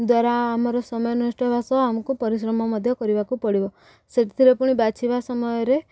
ଦ୍ୱାରା ଆମର ସମୟ ନଷ୍ଟ ହେବା ସହ ତା' ସହ ଆମକୁ ପରିଶ୍ରମ ମଧ୍ୟ କରିବାକୁ ପଡ଼ିବ ସେଥିରେ ପୁଣି ବାଛିବା ସମୟରେ